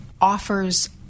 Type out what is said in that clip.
offers